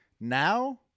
now